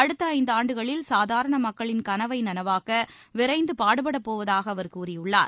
அடுத்த ஐந்தாண்டுகளில் சாதாரண மக்களின் கனவை நனவாக்க விரைந்து பாடுபடப்போவதாக அவா கூறியுள்ளார்